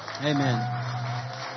Amen